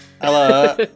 Hello